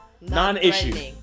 non-issue